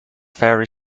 fairy